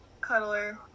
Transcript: Cuddler